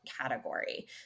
category